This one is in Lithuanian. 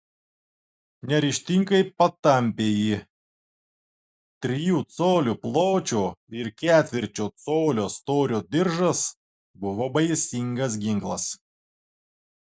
neryžtingai patampė jį trijų colių pločio ir ketvirčio colio storio diržas buvo baisingas ginklas